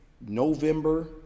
November